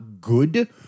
good –